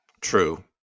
True